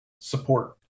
support